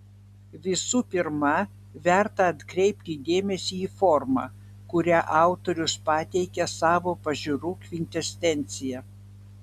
visų pirma verta atkreipti dėmesį į formą kuria autorius pateikia savo pažiūrų kvintesenciją